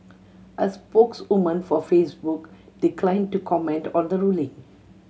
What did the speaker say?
a spokeswoman for Facebook declined to comment on the ruling